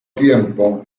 tiempo